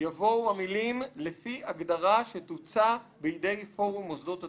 יבואו המילים: "לפי הגדרה שתוצע בידי פורום מוסדות התרבות".